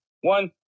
one